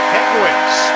Penguins